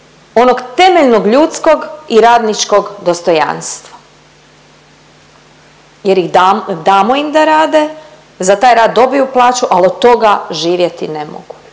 onog temeljnog ljudskog i radničkog dostojanstva jer damo im da rade, za taj rad dobiju plaću ali od toga živjeti ne mogu